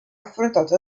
affrontato